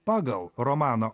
pagal romano